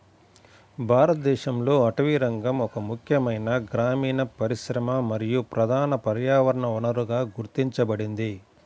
భారతదేశంలో అటవీరంగం ఒక ముఖ్యమైన గ్రామీణ పరిశ్రమ మరియు ప్రధాన పర్యావరణ వనరుగా గుర్తించబడింది